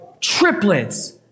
Triplets